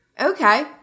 Okay